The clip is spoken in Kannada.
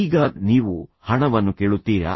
ಈಗ ನೀವು ಹಣವನ್ನು ಕೇಳುತ್ತೀರಾ